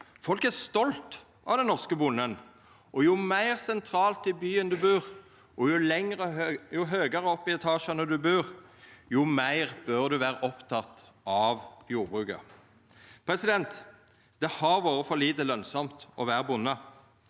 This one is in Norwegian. Folk er stolte av den norske bonden. Jo meir sentralt i byen du bur, og jo høgare opp i etasjane du bur, jo meir bør du vera oppteken av jordbruket. Det har vore for lite lønsamt å vera bonde.